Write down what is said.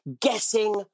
guessing